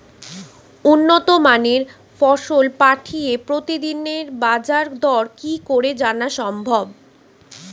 উন্নত মানের ফসল পাঠিয়ে প্রতিদিনের বাজার দর কি করে জানা সম্ভব?